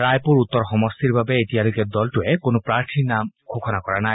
ৰায়পুৰ উত্তৰ সমষ্টিৰ বাবে এতিয়ালৈকে দলটোৱে কোনো প্ৰাৰ্থীৰ নাম ঘোষণা কৰা নাই